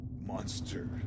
monster